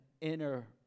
inner